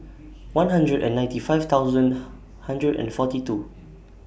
one hundred and ninety five thousand hundred and forty two